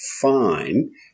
fine